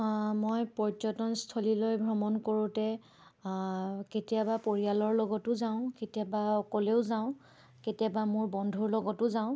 মই পৰ্যটনস্থলীলৈ ভ্ৰমণ কৰোঁতে কেতিয়াবা পৰিয়ালৰ লগতো যাওঁ কেতিয়াবা অকলেও যাওঁ কেতিয়াবা মোৰ বন্ধুৰ লগতো যাওঁ